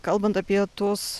kalbant apie tuos